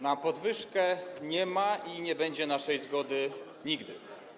Na podwyżkę nie ma i nie będzie naszej zgody nigdy.